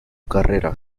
carrera